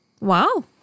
Wow